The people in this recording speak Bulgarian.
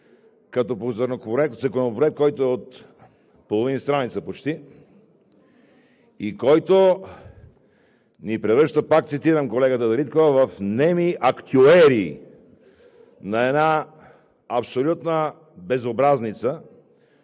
като по Законопроект, който е почти от половин страница и който ни превръща – пак цитирам колегата Дариткова – в неми актюери на една абсолютна безобразница,